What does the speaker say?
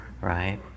right